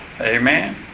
Amen